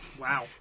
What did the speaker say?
Wow